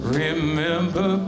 remember